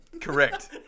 correct